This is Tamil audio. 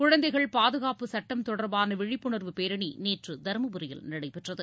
குழந்தைகள் பாதுகாப்பு சுட்டம் தொடர்பான விழிப்புணர்வு பேரணி நேற்று தருமபுரியில் நடைபெற்றது